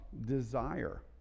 desire